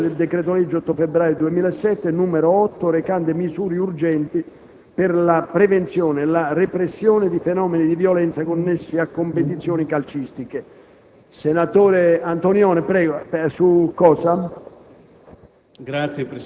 «Conversione in legge del decreto-legge 8 febbraio 2007, n. 8, recante misure urgenti per la prevenzione e la repressione di fenomeni di violenza connessi a competizioni calcistiche» (1314). **Per comunicazioni